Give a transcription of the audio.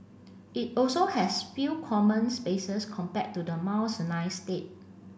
it also has few common spaces compared to the Mount Sinai state